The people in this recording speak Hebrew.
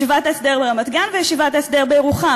ישיבת ההסדר ברמת-גן וישיבת ההסדר בירוחם,